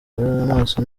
amaso